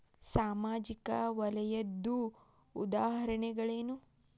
ಸಾಮಾಜಿಕ ವಲಯದ್ದು ಉದಾಹರಣೆಗಳೇನು?